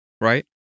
right